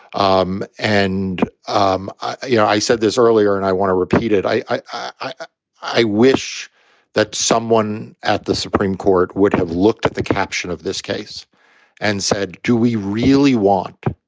um and um i yeah i said this earlier and i want to repeat it. i i i wish that someone at the supreme court would have looked at the caption of this case and said, do we really want.